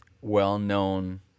well-known